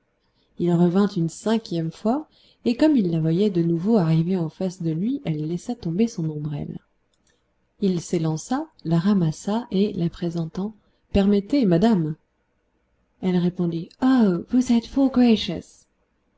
il revint une cinquième fois et comme il la voyait de nouveau arriver en face de lui elle laissa tomber son ombrelle il s'élança la ramassa et la présentant permettez madame elle répondit aôh vos êtes fort